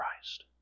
Christ